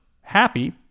happy